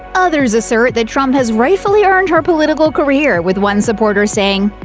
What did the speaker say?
others assert that trump has rightfully earned her political career, with one supporter saying,